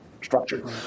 structured